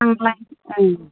आंलाय ओं